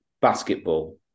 basketball